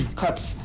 cuts